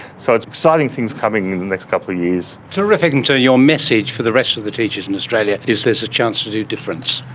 so it's exciting things coming in the next couple of years. terrific. and so your message for the rest of the teachers in australia is there's a chance to do difference.